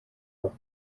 noch